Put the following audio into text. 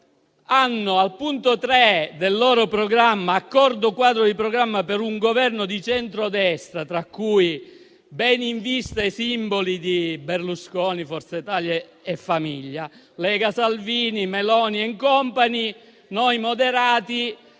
al punto 3 del loro programma (accordo quadro di programma per un Governo di centrodestra, tra cui, ben in vista i simboli di Berlusconi, Forza Italia e famiglia, Lega, Salvini, Meloni and *company*, Noi Moderati),